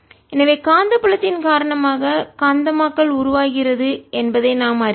எனவே காந்தப்புலத்தின் காரணமாக காந்தமாக்கல் உருவாகிறது என்பதை நாம் அறிவோம்